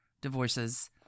divorces